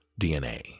DNA